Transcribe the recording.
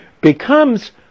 becomes